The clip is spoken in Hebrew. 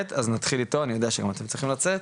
אז אנחנו נחיל איתו כי אני יודע שכמה כבר צריכים לצאת.